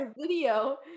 video